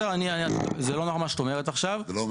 מה שאת אומרת עכשיו, לא נכון.